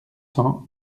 cents